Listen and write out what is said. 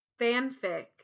fanfic